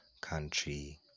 country